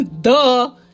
duh